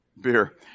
beer